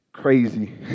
crazy